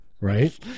Right